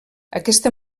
aquesta